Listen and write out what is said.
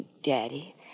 daddy